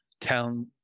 tell